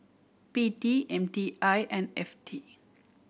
P T M T I and F T